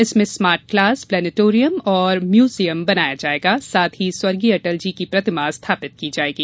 इसमें smart class planetarium और museum बनाया जायेगा साथ ही स्वर्गीय अटल जी की प्रतिमा स्थापित की जायेगी